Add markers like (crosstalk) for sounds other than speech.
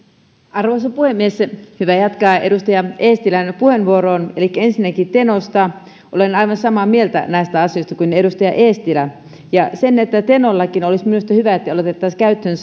arvoisa puhemies hyvä jatkaa edustaja eestilän puheenvuorosta elikkä ensinnäkin tenosta olen aivan samaa mieltä näistä asioista kuin edustaja eestilä tenollakin olisi minusta hyvä että otettaisiin käyttöön (unintelligible)